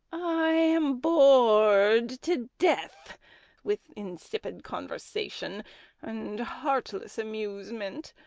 i am bored to death with insipid conversation and heartless amusement.